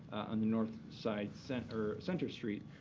on the north side center or center street.